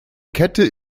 kette